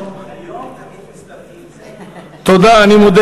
אני מודה